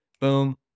boom